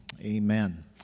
amen